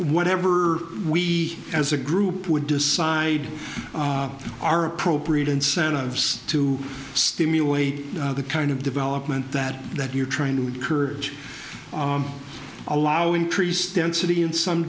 whatever we as a group would decide are appropriate incentives to stimulate the kind of development that that you're trying to encourage allow increased density in some